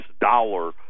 dollar